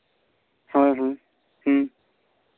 ᱦᱳᱭ ᱦᱳᱭ